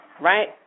right